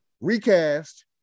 recast